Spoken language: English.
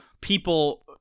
people